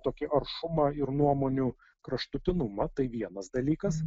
tokį aršumą ir nuomonių kraštutinumą tai vienas dalykas